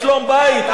בשלום-בית.